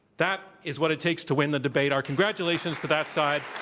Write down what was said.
that is what it takes to win the debate. our congratulations to that side.